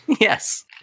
Yes